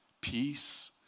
peace